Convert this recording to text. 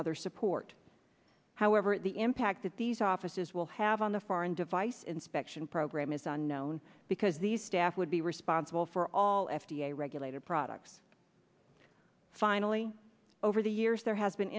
other support however the impact that these offices will have on the foreign device inspection program is unknown because the staff would be responsible for all f d a regulated products finally over the years there has been